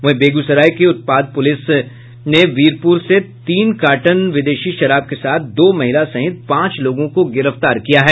वहीं बेगूसराय में उत्पाद पुलिस ने वीरपुर से तीन कार्टून विदेशी शराब के साथ दो महिला सहित पांच लोगों को गिरफ्तार किया है